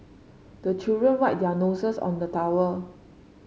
the children wipe their noses on the towel